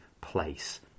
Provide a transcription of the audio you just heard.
Place